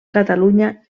catalunya